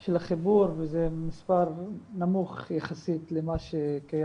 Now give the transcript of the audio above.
של החיבור וזה מספר נמוך יחסית למה שקיים,